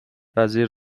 وزیر